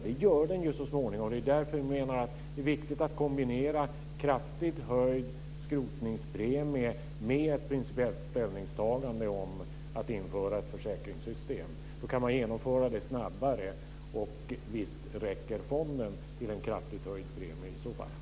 Det gör den så småningom, och det är därför som vi menar att det är viktigt att kombinera kraftigt höjd skrotningspremie med ett principiellt ställningstagande om att införa ett försäkringssystem. Då kan man genomföra det snabbare, och i så fall räcker fonden till en kraftigt höjd premie.